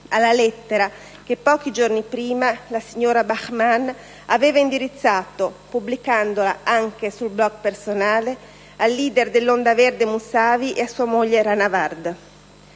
alla lettera che, pochi giorni prima, la signora Bahrman aveva indirizzato - pubblicandola anche sul suo *blog* personale - al leader dell'Onda Verde Mousavi e a sua moglie Rahnavard.